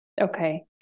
Okay